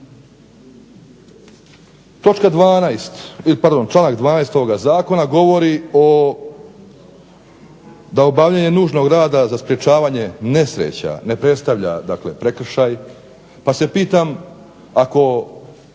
Točka 12. ili pardon članak 12. ovog Zakona govori da obavljanje nužnog rada za sprječavanje nesreća ne predstavlja prekršaj pa se pitam kada